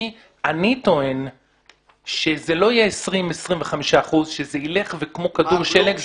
אני טוען שזה לא יהיה 20% או 25% אלא שזה יגדל כמו כדור שלג,